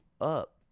up